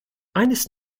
eines